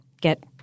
get